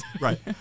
right